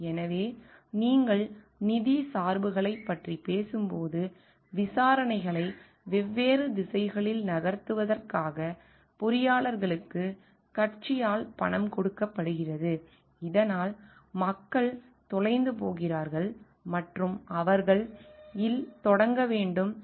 எனவே நீங்கள் நிதி சார்புகளைப் பற்றி பேசும்போது விசாரணைகளை வெவ்வேறு திசைகளில் நகர்த்துவதற்காக பொறியாளர்களுக்கு கட்சியால் பணம் கொடுக்கப்படுகிறது இதனால் மக்கள் தொலைந்து போகிறார்கள் மற்றும் அவர்கள் இல் தொடங்க வேண்டும்